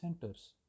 centers